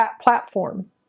platform